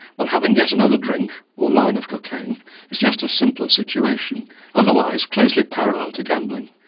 while having yet another drink or line of cocaine is just a simpler situation otherwise closely parallel to gambling.